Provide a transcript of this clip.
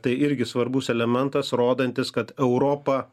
tai irgi svarbus elementas rodantis kad europa